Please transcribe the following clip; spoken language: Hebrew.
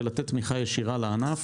ולתת תמיכה ישירה לענף.